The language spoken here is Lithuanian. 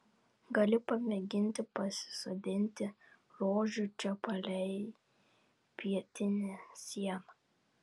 gali pamėginti pasisodinti rožių čia palei pietinę sieną